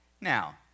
Now